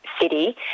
city